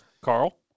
Carl